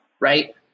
right